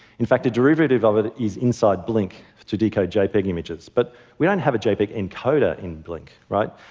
in fact, a derivative of it is inside blink to decode jpeg images, but we don't have a jpeg encoder in blink, right?